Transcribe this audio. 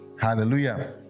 hallelujah